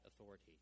authority